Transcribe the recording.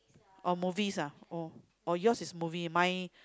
or movies ah oh or yours is movie mine